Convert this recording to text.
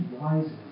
wisely